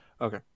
Okay